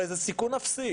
הרי זה סיכון אפסי.